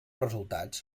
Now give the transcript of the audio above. resultats